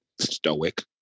stoic